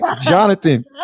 Jonathan